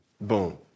Boom